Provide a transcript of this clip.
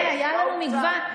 היה לנו מגוון.